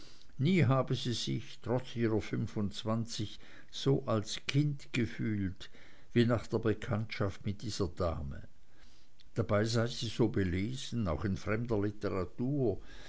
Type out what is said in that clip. nie habe sie sich trotz ihrer fünfundzwanzig so als kind gefühlt wie nach der bekanntschaft mit dieser dame dabei sei sie so belesen auch in fremder literatur